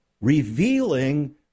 revealing